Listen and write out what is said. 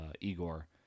igor